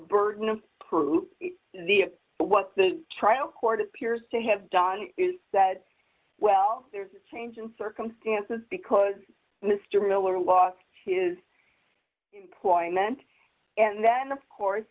burden of proof what the trial court appears to have done is said well there's a change in circumstances because mr miller lost his employment and then of course